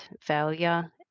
failure